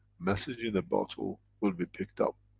message in a bottle will be picked up.